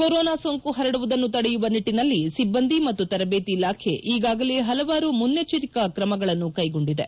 corona ಸೋಂಕು ಪರಡುವುದನ್ನು ತಡೆಯುವ ನಿಟ್ಟಿನಲ್ಲಿ ಸಿಬ್ಬಂದಿ ಮತ್ತು ತರಬೇತಿ ಇಲಾಖೆ ಈಗಾಗಲೇ ಪಲವಾರು ಮುನ್ನೆಚ್ಚರಿಕಾ ಕ್ರಮಗಳನ್ನು ಕ್ಲೆಗೊಂಡಿದೆ